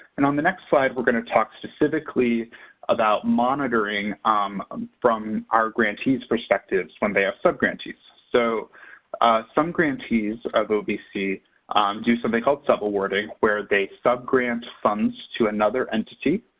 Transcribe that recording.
and on the next slide, we're going to talk specifically about monitoring um um from our grantee's perspectives when they have subgrantees. so some grantees of ovc do something called subawarding where they subgrant funds to another entity.